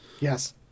Yes